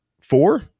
four